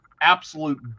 absolute